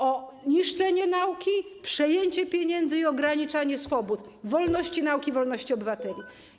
O niszczenie nauki, przejęcie pieniędzy i ograniczanie swobód, wolności nauki i wolności obywateli.